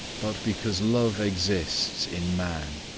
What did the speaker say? but because love exists in man.